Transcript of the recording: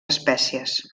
espècies